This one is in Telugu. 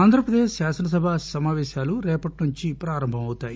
ఆంధ్రప్రదేశ్ శాసనసభా సమావేశాలు రేపటినుంచి ప్రారంభమవుతాయి